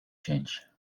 change